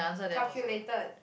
calculated